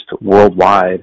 worldwide